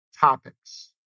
topics